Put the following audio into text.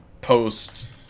Post